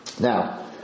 Now